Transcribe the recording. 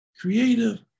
creative